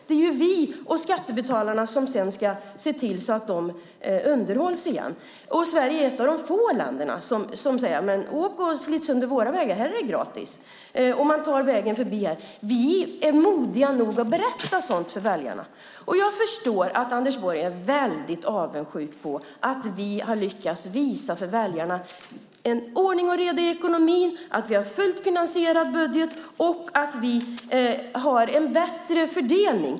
Det är ju vi och skattebetalarna som sedan ska se till så att de underhålls. Sverige är ett av de få länder som säger: Men åk och slit sönder våra vägar, här är det gratis! Vi är modiga nog att berätta sådant för väljarna. Jag förstår att Anders Borg är väldigt avundsjuk på att vi har lyckats visa en ordning och reda i ekonomin för väljarna, att vi har en fullt finansierad budget och att vi har en bättre fördelning.